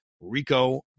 Rico